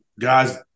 guys